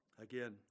Again